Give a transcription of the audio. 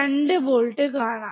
2 volt കാണാം